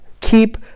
Keep